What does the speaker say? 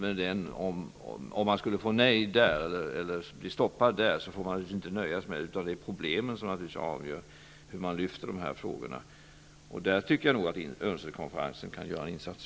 Men om man skulle få nej eller bli stoppad, får man naturligtvis inte nöja sig med det, utan det är problemen som avgör hur man lyfter de här frågorna. Där tycker jag nog att ESK-konferensen kan göra en insats.